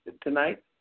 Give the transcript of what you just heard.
tonight